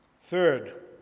Third